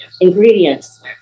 Ingredients